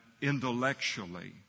intellectually